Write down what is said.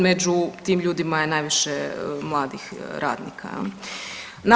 Među tim ljudima je najviše mladih radnika jel.